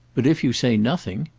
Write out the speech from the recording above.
but if you say nothing!